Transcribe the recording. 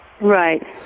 Right